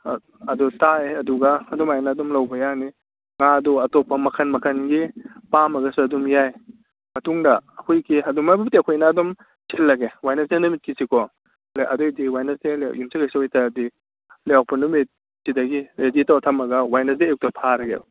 ꯍꯣꯏ ꯑꯗꯨ ꯇꯥꯏꯌꯦ ꯑꯗꯨꯒ ꯑꯗꯨꯃꯥꯏꯅ ꯑꯗꯨꯝ ꯂꯧꯕ ꯌꯥꯅꯤ ꯉꯥꯗꯨ ꯑꯇꯣꯞꯄ ꯃꯈꯟ ꯃꯈꯟꯒꯤ ꯄꯥꯝꯃꯒꯁꯨ ꯑꯗꯨꯝ ꯌꯥꯏ ꯃꯇꯨꯡꯗ ꯑꯩꯈꯣꯏꯒꯤ ꯑꯗꯨ ꯃꯔꯨꯗꯤ ꯑꯩꯈꯣꯏꯅ ꯑꯗꯨꯝ ꯊꯤꯜꯂꯒꯦ ꯋꯥꯏꯅꯁꯗꯦ ꯅꯨꯃꯤꯠꯀꯤꯁꯤꯀꯣ ꯑꯗꯨꯏꯗꯤ ꯋꯥꯏꯅꯁꯗꯦ ꯌꯨꯝꯁꯥꯀꯩꯁꯥ ꯑꯣꯏꯇꯥꯔꯒꯗꯤ ꯂꯩꯕꯥꯛꯄꯣꯛꯄ ꯅꯨꯃꯤꯠ ꯇꯨꯗꯒꯤ ꯔꯦꯗꯤ ꯇꯧꯔ ꯊꯝꯃꯒ ꯋꯥꯏꯅꯁꯗꯦ ꯑꯌꯨꯛꯇ ꯐꯥꯔꯒꯦ